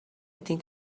think